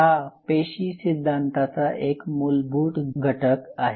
हा पेशी सिद्धांताचा एक मूलभूत घटक आहे